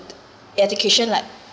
education like